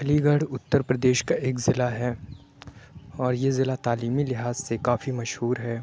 علی گڑھ اُتر پردیش كا ایک ضلع ہے اور یہ ضلع تعلیمی لحاظ سے کافی مشہور ہے